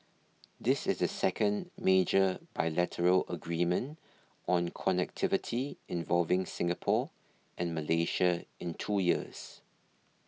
this is the second major bilateral agreement on connectivity involving Singapore and Malaysia in two years